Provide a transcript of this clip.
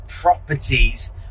properties